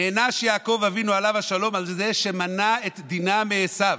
נענש יעקב אבינו עליו השלום על זה שמנע את דינה מעשיו,